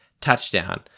touchdown